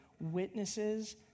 witnesses